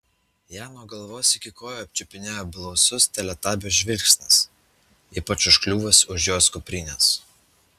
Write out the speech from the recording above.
ją nuo galvos iki kojų apčiupinėjo blausus teletabio žvilgsnis ypač užkliuvęs už jos kuprinės